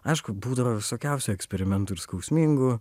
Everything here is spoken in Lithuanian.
aišku būdavo visokiausių eksperimentų ir skausmingų